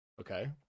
okay